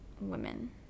women